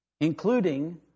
including